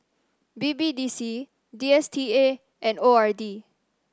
B B D C D S T A and O R D